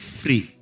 free